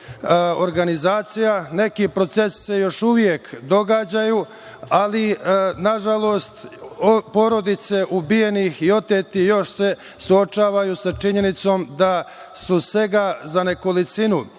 organizacija. Neki procesi se još uvek događaju, ali na žalost porodice ubijenih i otetih još se suočavaju sa činjenicom da su svega za nekolicinu